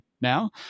now